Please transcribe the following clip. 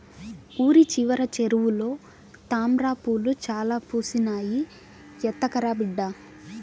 ఊరి చివర చెరువులో తామ్రపూలు చాలా పూసినాయి, ఎత్తకరా బిడ్డా